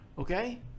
Okay